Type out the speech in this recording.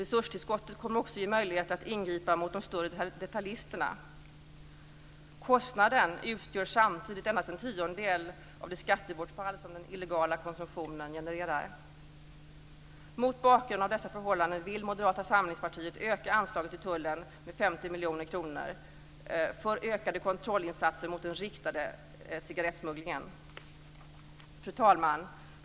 Resurstillskottet kommer också att ge möjlighet att ingripa mot de större detaljisterna. Kostnaden utgör samtidigt endast en tiondel av det skattebortfall som den illegala konsumtionen genererar. Mot bakgrund av dessa förhållanden vill Moderata samlingspartiet öka anslaget till Tullverket med Fru talman!